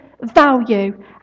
value